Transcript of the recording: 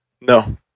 No